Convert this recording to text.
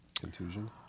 Contusion